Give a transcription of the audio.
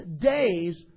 days